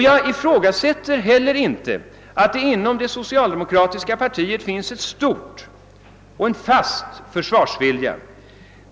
Jag ifrågasätter inte heller att det inom socialdemokratin i stort finns en fast försvarsvilja.